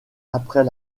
après